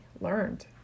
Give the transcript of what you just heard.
learned